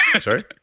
sorry